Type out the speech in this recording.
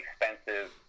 expensive